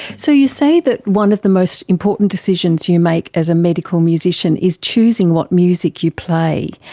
so you say that one of the most important decisions you make as a medical musician is choosing what music you play.